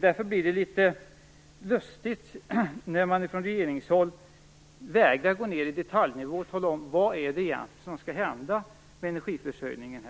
Därför blir det litet lustigt när man från regeringshåll vägrar gå ned på detaljnivå och tala om vad som egentligen skall hända med energiförsörjningen.